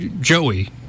Joey